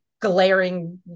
glaring